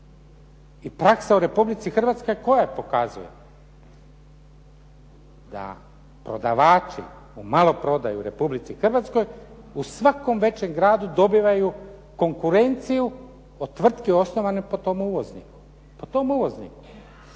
I praksa u Republici Hrvatskoj koje pokazuje da prodavači u maloprodaji u Republici Hrvatskoj u svakom većem gradu dobivaju konkurenciju od tvrtki osnovane po tom uvozniku. I da